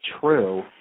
true